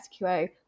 SQO